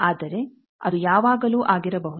ಆದರೆ ಅದು ಯಾವಾಗಲೂ ಆಗಿರಬಹುದು